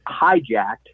hijacked